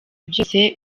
byose